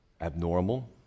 abnormal